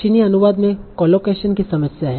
मशीनी अनुवाद में कोलोकेशन की समस्या है